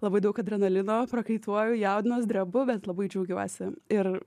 labai daug adrenalino prakaituoju jaudinuos drebu bet labai džiaugiuosi ir